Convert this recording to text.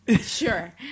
Sure